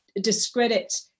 discredit